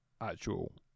actual